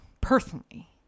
personally